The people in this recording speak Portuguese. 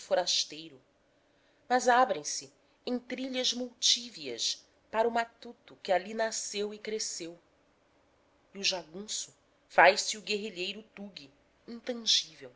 forasteiro mas abrem-se em trilhas multívias para o matuto que ali nasceu e cresceu e o jagunço faz-se o guerrilheiro tugue intangível